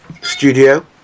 studio